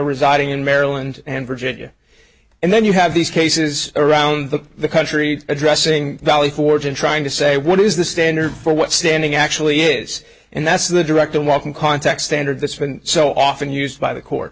residing in maryland and virginia and then you have these cases around the country addressing valley forge and trying to say what is the standard for what standing actually is and that's the direct and walk in context end of this when so often used by the court